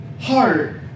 heart